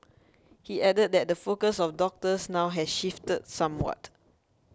he added that the focus of doctors now has shifted somewhat